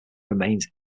remains